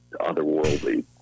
otherworldly